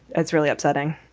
that's really upsetting.